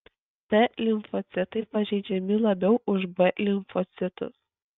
t limfocitai pažeidžiami labiau už b limfocitus